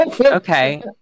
okay